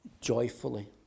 joyfully